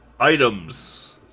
Items